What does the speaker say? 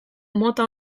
mota